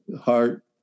heart